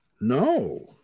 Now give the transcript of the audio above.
No